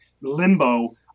limbo